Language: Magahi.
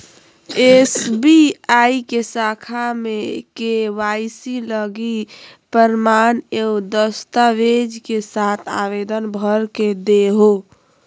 एस.बी.आई के शाखा में के.वाई.सी लगी प्रमाण एवं दस्तावेज़ के साथ आवेदन भर के देहो